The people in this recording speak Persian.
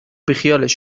بیخیالش